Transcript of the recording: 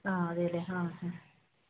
ആ അതേ അല്ലെ ഹാ ആ